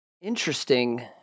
interesting